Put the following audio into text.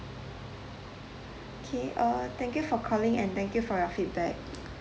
K uh thank you for calling and thank you for your feedback